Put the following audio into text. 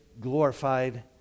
glorified